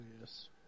yes